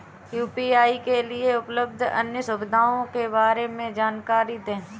UPI के लिए उपलब्ध अन्य सुविधाओं के बारे में जानकारी दें?